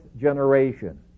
generation